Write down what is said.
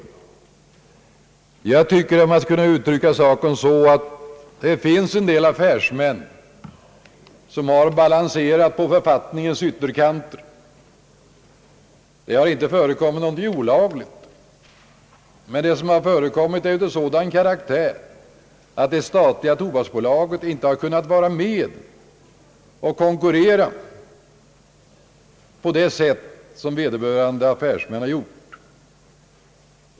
Man kan uttrycka saken så att det finns en del affärsmän som har balanserat på författningens ytterkanter. Det har inte förekommit någonting olagligt, men vad som har förekommit är av sådan karaktär att det statliga tobaksbolaget inte har kunnat vara med och konkurrera på det sätt som vederbörande affärsmän gjort.